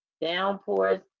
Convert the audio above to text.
downpours